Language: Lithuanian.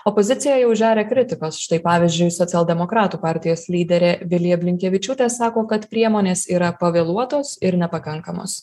opozicija jau žeria kritikos štai pavyzdžiui socialdemokratų partijos lyderė vilija blinkevičiūtė sako kad priemonės yra pavėluotos ir nepakankamos